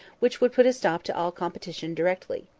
which would put a stop to all competition directly.